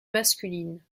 masculines